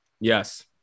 Yes